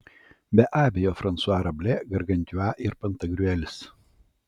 be abejo fransua rablė gargantiua ir pantagriuelis